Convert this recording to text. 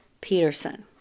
Peterson